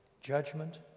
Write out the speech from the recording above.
judgment